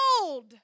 gold